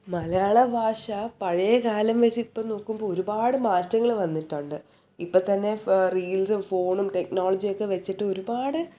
മലയാള ഭാഷ പഴയകാലം വെച്ച് ഇപ്പം നോക്കുമ്പോൾ ഒരുപാട് മാറ്റങ്ങൾ വന്നിട്ടുണ്ട് ഇപ്പോൾ തന്നെ ഫ് റീൽസും ഫോണും ടെക്നോളജി ഒക്കെ വെച്ചിട്ട് ഒരുപാട്